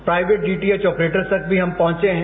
private DTH operator तक भी हम पहुंचे हैं